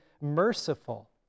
merciful